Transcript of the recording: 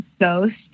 Ghost